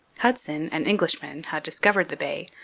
hudson, an englishman, had discovered the bay,